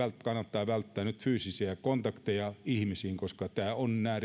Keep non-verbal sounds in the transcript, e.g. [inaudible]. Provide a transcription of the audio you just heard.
kannattaa välttää nyt fyysisiä kontakteja ihmisiin koska nämä [unintelligible]